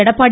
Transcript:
Edappadi